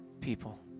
people